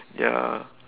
ya